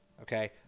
Okay